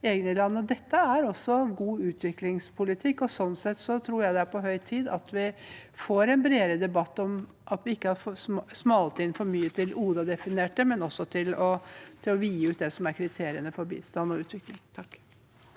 Dette er også god utviklingspolitikk, og sånn sett tror jeg det er på høy tid at vi får en bredere debatt, at vi ikke smalner inn for mye til det ODA-definerte, men også utvider det som er kriteriene for bistand og utvikling.